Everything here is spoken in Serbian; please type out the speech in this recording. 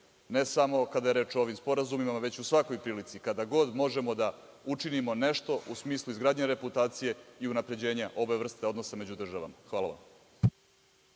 ne samo kada je reč o ovim sporazumima, već u svakoj prilici kada god možemo da učinimo nešto u smislu izgradnje reputacije i unapređenja ove vrste odnosa među državama. Hvala.